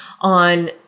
on